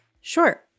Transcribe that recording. Sure